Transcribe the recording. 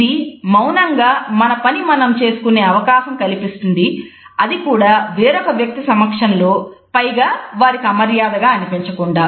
ఇది మౌనంగా మన పని మనం చేసుకునే అవకాశం కల్పిస్తుంది అది కూడా వేరొక వ్యక్తి సమక్షంలో పైగా వారికి అమర్యాదగా అనిపించకుండా